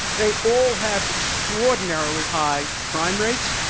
they all have extraordinarily high crime rates,